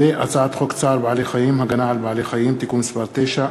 הצעת חוק צער בעלי-חיים (הגנה על בעלי-חיים) (תיקון מס' 9),